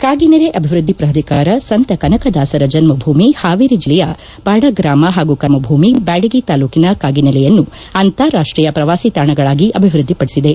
ಕಾಗಿನೆಲೆ ಅಭಿವೃದ್ಧಿ ಪ್ರಾಧಿಕಾರ ಸಂತ ಕನಕದಾಸರ ಜನ್ಮಭೂಮಿ ಹಾವೇರಿ ಜಿಲ್ಲೆಯ ಬಾದ ಗ್ರಾಮ ಹಾಗೂ ಕರ್ಮಭೂಮಿ ಬ್ಯಾಡಗಿ ತಾಲ್ಲೂಕಿನ ಕಾಗಿನೆಲೆಯನ್ನು ಅಂತಾರಾಷ್ನೀಯ ಪ್ರವಾಸಿ ತಾಣಗಳಾಗಿ ಅಭಿವೃದ್ದಿ ಪಡಿಸಿದೆ